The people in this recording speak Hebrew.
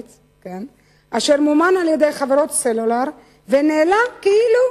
אשר מומן על-ידי חברות הסלולר ונעלם כאילו